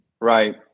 Right